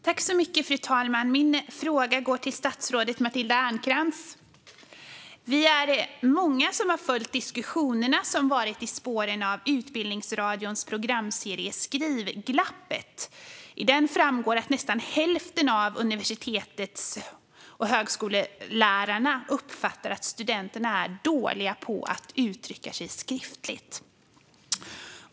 Fru talman! Min fråga går till statsrådet Matilda Ernkrans. Vi är många som har följt de diskussioner som har varit i spåren av Utbildningsradions programserie Skrivglappet . I den framgår att nästan hälften av universitets och högskolelärarna uppfattar att studenterna är dåliga på att uttrycka sig skriftligt.